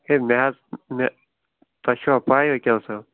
ہے مےٚ حظ مےٚ تۄہہِ چھوا پَے ؤکیٖل صٲب